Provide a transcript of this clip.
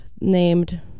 named